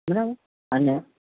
બરાબર અને